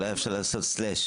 אפשר לעשות סלאש